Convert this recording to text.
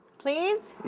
please?